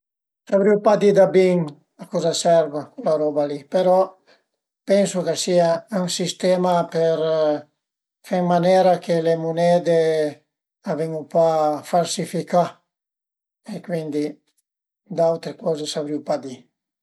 Savrìu pa di da bin a coza a serv ch'la roba li però pensu ch'a sìa ën sistema për fe ën manera che le munede a venu pa falsificà e cuindi d'aute coze savrìu pa di